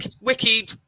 wiki